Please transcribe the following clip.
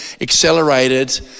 accelerated